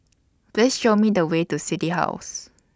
Please Show Me The Way to City House